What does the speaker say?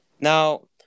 now